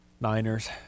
Niners